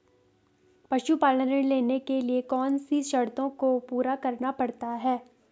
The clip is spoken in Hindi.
पशुपालन ऋण लेने के लिए कौन सी शर्तों को पूरा करना पड़ता है?